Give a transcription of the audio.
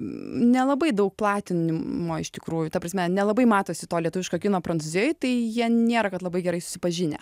nelabai daug platinimo iš tikrųjų ta prasme nelabai matosi to lietuviško kino prancūzijoj tai jie nėra kad labai gerai susipažinę